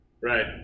right